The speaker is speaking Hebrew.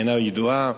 אינה ידועה.